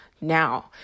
now